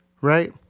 right